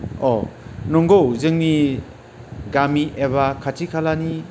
अ' नंगौ जोंनि गामि एबा खाथि खालानि